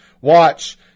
Watch